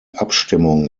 abstimmung